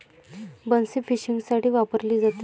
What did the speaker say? बन्सी फिशिंगसाठी वापरली जाते